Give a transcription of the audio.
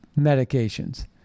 medications